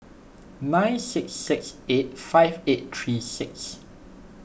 nine six six eight five eight three six